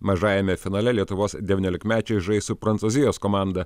mažajame finale lietuvos devyniolikmečiai žais su prancūzijos komanda